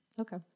Okay